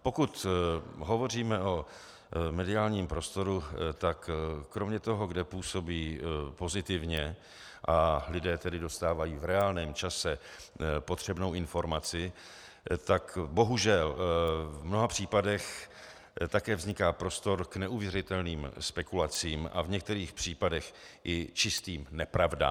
Pokud hovoříme o mediálním prostoru, tak kromě toho, kde působí pozitivně a lidé dostávají v reálném čase potřebnou informaci, tak bohužel v mnoha případech také vzniká prostor k neuvěřitelným spekulacím a v některých případech i čistým nepravdám.